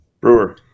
Brewer